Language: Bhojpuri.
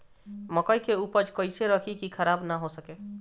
मकई के उपज कइसे रखी की खराब न हो सके?